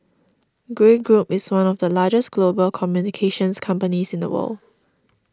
Grey Group is one of the largest global communications companies in the world